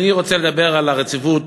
אני רוצה לדבר על הרציפות